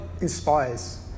inspires